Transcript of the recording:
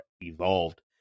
evolved